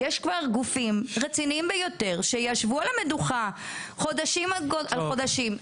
יש גופים רציניים ביותר שישבו על המדוכה חודשים על חודשים,